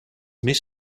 mis